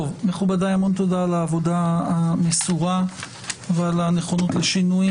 תודה לכולם על העבודה המסורה ועל הנכונות לשינויים.